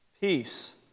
peace